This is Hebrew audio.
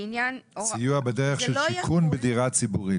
לעניין --- סיוע בדרך של שיכון בדירה ציבורית.